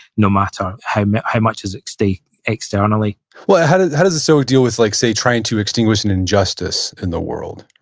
no matter how how much is at stake externally how does how does a stoic deal with, like say, trying to extinguish an injustice in the world?